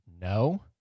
no